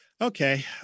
okay